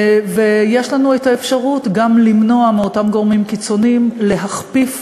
ויש לנו האפשרות גם למנוע מאותם גורמים קיצוניים להכפיף